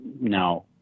now